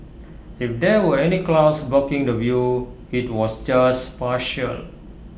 if there were any clouds blocking the view IT was just partial